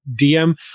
DM